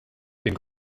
den